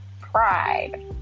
pride